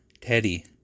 Teddy